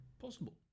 possible